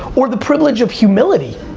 or the privilege of humility.